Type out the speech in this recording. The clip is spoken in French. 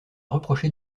reproché